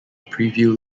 preview